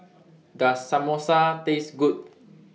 Does Samosa Taste Good